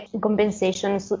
compensation